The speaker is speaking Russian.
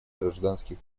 гражданских